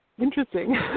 interesting